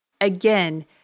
Again